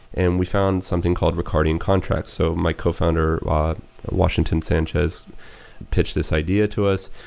and we found something called ricardian contract so my co-founder washington sanchez pitched this idea to us.